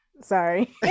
Sorry